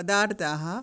पदार्थाः